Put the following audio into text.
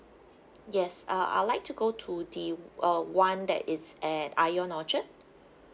yes uh I'd like to go to the uh one that is at ION orchard